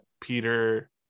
peter